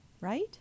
right